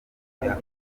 amazuru